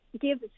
give